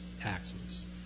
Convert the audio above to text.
taxes